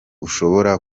ushobora